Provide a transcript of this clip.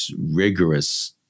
rigorous